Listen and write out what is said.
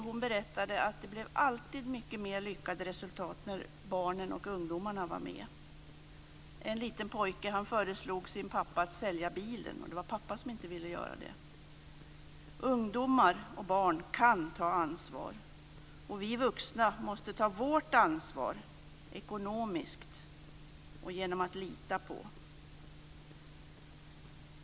Hon berättade att det alltid blev mycket mera lyckade resultat när barnen och ungdomarna var med. En liten pojke föreslog sin pappa att sälja bilen. Det var pappa som inte ville göra det. Ungdomar och barn kan ta ansvar. Vi vuxna måste ta vårt ansvar - ekonomiskt och genom att visa tillit.